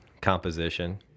composition